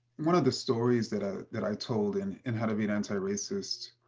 one of the stories that ah that i told and and how to be an anti-racist